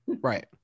Right